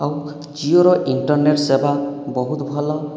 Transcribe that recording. ଆଉ ଜିଓର ଇନ୍ଟରନେଟ୍ ସେବା ବହୁତ୍ ଭଲ